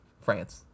France